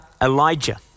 Elijah